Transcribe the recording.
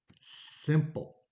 Simple